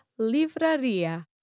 livraria